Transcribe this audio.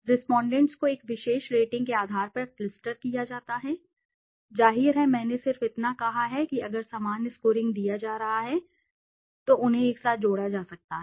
respondents को एक विशेषता रेटिंग के आधार पर क्लस्टर किया जा सकता है जाहिर है मैंने सिर्फ इतना कहा है कि अगर समान स्कोरिंग दिया जा रहा है तो उन्हें एक साथ जोड़ा जा सकता है